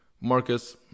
Marcus